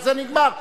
ובזה נגמר.